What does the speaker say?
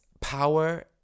power